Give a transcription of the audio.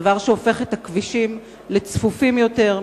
דבר שהופך את הכבישים לצפופים יותר,